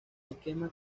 esquema